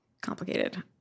complicated